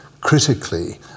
Critically